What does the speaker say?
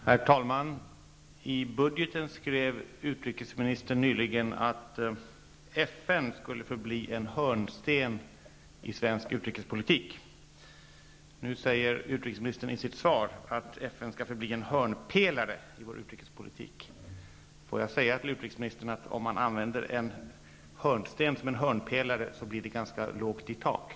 Herr talman! I budgeten skrev utrikesministern nyligen att FN skulle förbli en hörnsten i svensk utrikespolitik. I sitt interpellationssvar sade utrikesministern att FN skall förbli en hörnpelare i vår utrikespolitik. Jag vill säga till utrikesministern att om man använder en hörnsten såsom hörnpelare blir det ganska lågt i tak.